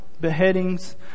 beheadings